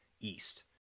east